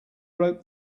wrote